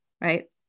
Right